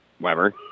Weber